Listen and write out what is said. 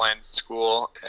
School